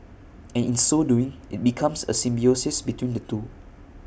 and in so doing IT becomes A symbiosis between the two